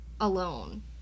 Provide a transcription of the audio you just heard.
alone